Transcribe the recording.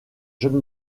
john